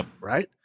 right